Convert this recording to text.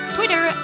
Twitter